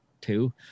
two